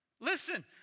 Listen